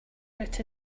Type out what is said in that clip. fruit